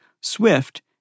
Swift